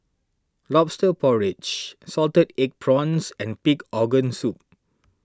Lobster Porridge Salted Egg Prawns and Pig Organ Soup